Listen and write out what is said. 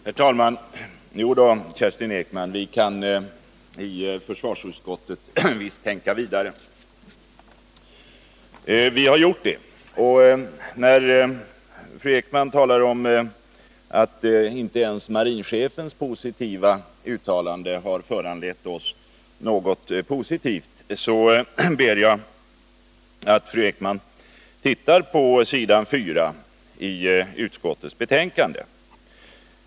Herr talman! Jo då, Kerstin Ekman, vi i försvarsutskottet kan visst tänka vidare. Vi har också gjort det. Fru Ekman säger att inte ens marinchefens positiva uttalande har föranlett utskottet att ändra sitt ställningstagande. Jag ber därför fru Ekman att läsa vad som står på s. 4 i utskottets betänkande.